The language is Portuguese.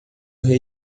rei